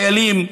חיילים,